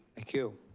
thank you.